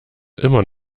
immer